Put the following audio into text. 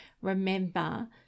remember